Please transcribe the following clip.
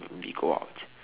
let me go out